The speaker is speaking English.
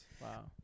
Wow